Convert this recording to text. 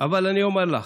אבל אני אומר לך,